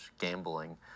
gambling